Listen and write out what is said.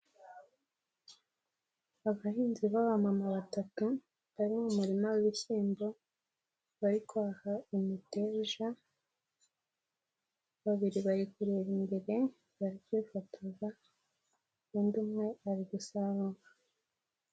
Abahinzi b'abamama batatu bari mu murima w'ibishyimbo, bari kwaha imiteja, babiri bari kureba imbere bari kwifotoza, undi umwe ari gusarura.